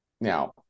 Now